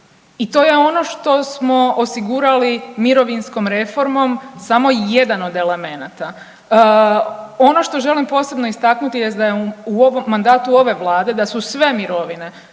i to je ono što smo osigurali mirovinskom reformom samo jedan od elemenata. Ono što želim posebno istaknuti jest da je u ovom, mandatu ove vlade da su sve mirovine